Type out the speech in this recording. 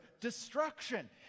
destruction